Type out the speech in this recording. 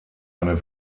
eine